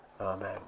Amen